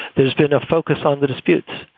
there's been a focus on the disputes.